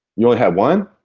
you only had one?